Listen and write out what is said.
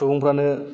सुबुंफ्रानो